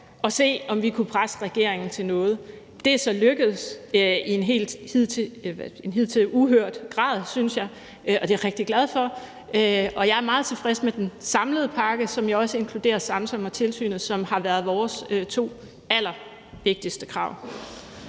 at se, om vi kunne presse regeringen til noget. Det er så lykkedes i en hidtil uhørt grad, synes jeg, og det er jeg rigtig glad for. Og jeg er meget tilfreds med den samlede pakke, som jo også inkluderer Samsam og tilsynet, som har været vores to allervigtigste krav.